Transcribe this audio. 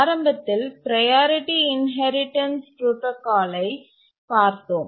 ஆரம்பத்தில் priority inheritance புரோடாகாலை பார்த்தோம்